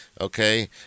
okay